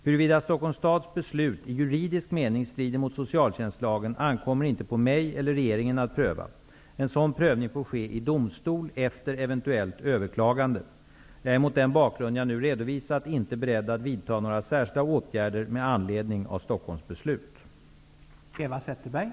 Huruvida Stockholms stads beslut i juridisk mening strider mot socialtjänstlagen ankommer inte på mig eller regeringen att pröva. En sådan prövning får ske i domstol efter eventuellt överklagande. Jag är mot den bakgrund jag nu redovisat inte beredd att vidta några särskilda åtgärder med anledning av Stockholms stads beslut.